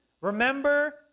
Remember